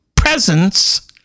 presence